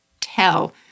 tell